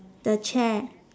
the chair